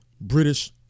British